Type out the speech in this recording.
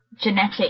genetic